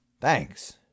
Thanks